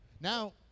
Now